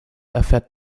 erfährt